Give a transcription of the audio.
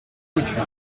poetry